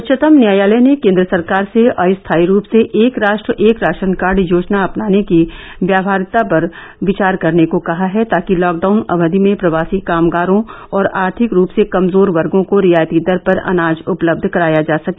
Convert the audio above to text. उच्चतम न्यायालय ने केन्द्र सरकार से अस्थायी रूप से एक राष्ट्र एक राशन कार्ड योजना अपनाने की व्यावहार्यता पर विचार करने को कहा है ताकि लॉकडाउन अवधि में प्रवासी कामगारों और आर्थिक रूप से कमजोर वर्गों को रियायती दर पर अनाज उपलब्ध कराया जा सके